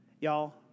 Y'all